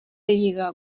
lliga